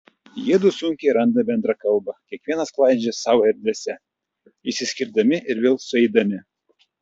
jiedu sunkiai randa bendrą kalbą kiekvienas klaidžioja savo erdvėse išsiskirdami ir vėl sueidami